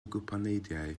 gwpaneidiau